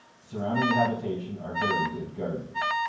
surrounding the habitation are very good gardens